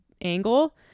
angle